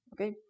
okay